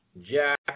Jack